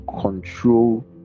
control